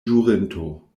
ĵurinto